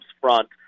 front